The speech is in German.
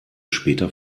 später